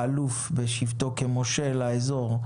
האלוף בשבתו כמושל האיזור